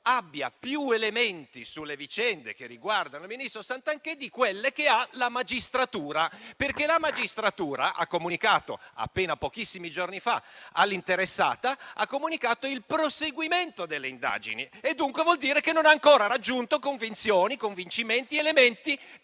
abbiano più elementi sulle vicende che riguardano il ministro Santanchè di quelli che ha la magistratura. Quest'ultima infatti ha comunicato appena pochissimi giorni fa all'interessata il proseguimento delle indagini. Ciò vuol dire che non ha ancora raggiunto convinzioni, convincimenti ed elementi